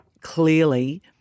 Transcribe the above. clearly